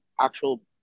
actual